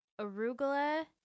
arugula